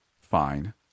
Fine